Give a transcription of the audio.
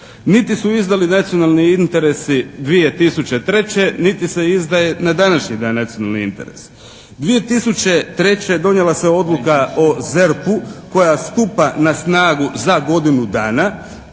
Niti su izdali nacionalni interesi 2003. niti se izdaje na današnji dan nacionalne interese. 2003. donijela se Odluka o ZERP-u koja stupa na snagu za godinu dana